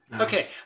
Okay